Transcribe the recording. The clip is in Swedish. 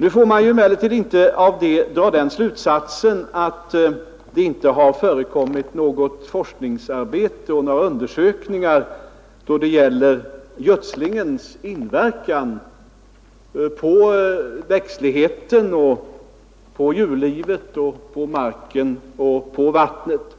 Nu får man emellertid inte av detta dra den slutsatsen att det inte har förekommit något forskningsarbete, några undersökningar om gödslingens inverkan på växtligheten, djurlivet, marken och vattnet.